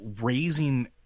raising